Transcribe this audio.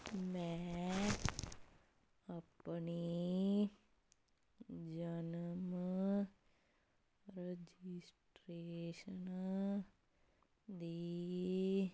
ਮੈਂ ਆਪਣੀ ਜਨਮ ਰਜਿਸਟ੍ਰੇਸ਼ਨ ਦੀ